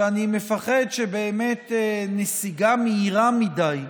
שאני מפחד שבאמת נסיגה מהירה מדי,